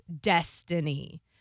destiny